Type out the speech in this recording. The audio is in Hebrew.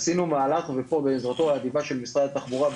עשינו מהלך בעזרתו האדיבה של משרד התחבורה,